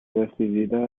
decidida